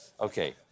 Okay